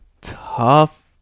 tough